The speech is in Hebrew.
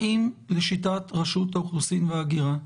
האם, לשיטת רשות האוכלוסין וההגירה,